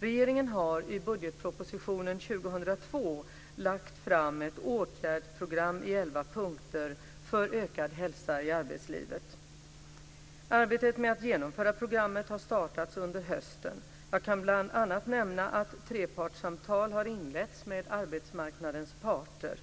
Regeringen har i budgetpropositionen för 2002 lagt fram ett åtgärdsprogram i elva punkter för ökad hälsa i arbetslivet. Arbetet med att genomföra programmet har startats under hösten. Jag kan bl.a. nämna att trepartssamtal har inletts med arbetsmarknadens parter.